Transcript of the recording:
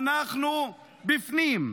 אנחנו בפנים,